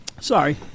Sorry